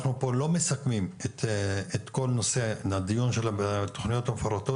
אנחנו פה לא מסכמים את כל נושא הדיון של התוכניות המפורטות,